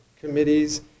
committees